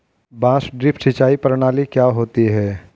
बांस ड्रिप सिंचाई प्रणाली क्या होती है?